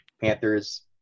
Panthers